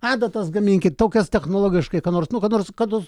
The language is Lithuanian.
adatas gaminkit tokias technologiškai ką nors nu ką nors kad